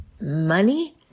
money